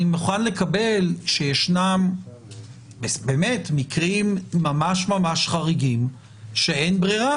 אני מוכן לקבל שישנם באמת מקרים ממש חריגים שאין בהם ברירה,